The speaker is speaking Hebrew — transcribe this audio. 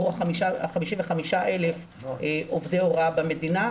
עבור 55,000 עובדי הוראה במדינה,